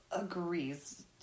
agrees